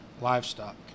livestock